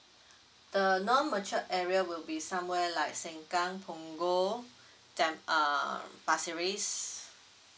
the non mature area would be somewhere like sengkang punggol then err pasir ris